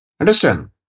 Understand